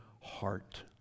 heart